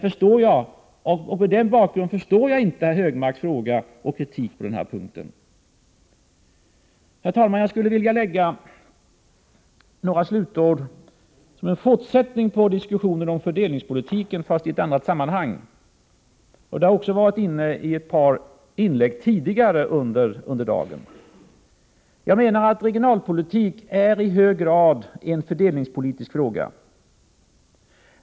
Mot den bakgrunden förstår jag inte herr Högmarks fråga och kritik på denna punkt. Herr talman! Jag skulle vilja säga några ord som fortsättning och avslutning på diskussionen om fördelningspolitiken, fast i ett annat sammanhang som man också har varit inne på här i tidigare inlägg under dagen. Jag menar att regionalpolitik i hög grad är en fördelningspolitisk fråga.